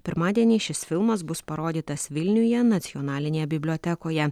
pirmadienį šis filmas bus parodytas vilniuje nacionalinėje bibliotekoje